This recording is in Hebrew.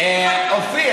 אופיר,